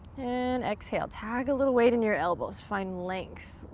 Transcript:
and exhale, tag a little weight in your elbows. find length.